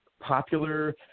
popular